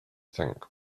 think